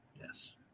Yes